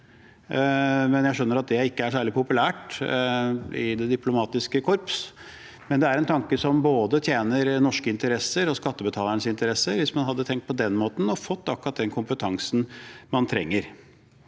Jeg skjønner at det ikke er særlig populært i det diplomatiske korps, men det er en tanke som hadde tjent både norske interesser og skattebetalernes interesser, hvis man hadde tenkt på den måten. Da hadde man fått akkurat den kompetansen man trenger.